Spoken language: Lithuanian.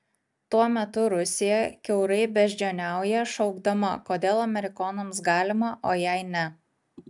tuo metu rusija kiaurai beždžioniauja šaukdama kodėl amerikonams galima o jai ne